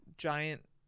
Giant